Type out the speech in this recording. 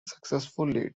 successfully